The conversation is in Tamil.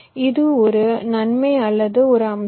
இது ஒரு நன்மை அல்லது ஒரு அம்சம்